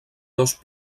dos